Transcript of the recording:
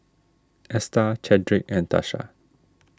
Esta Chadrick and Tasha